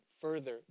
further